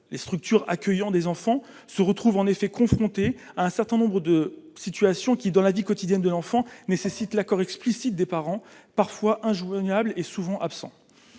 les structures accueillant des enfants se retrouvent en effet confronté à un certain nombre de situations qui dans la vie quotidienne de l'enfant nécessite l'accord explicite des parents parfois injoignable et souvent absent